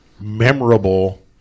memorable